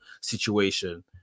situation